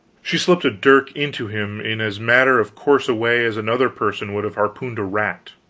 she slipped a dirk into him in as matter-of-course a way as another person would have harpooned a rat!